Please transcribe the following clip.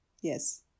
Yes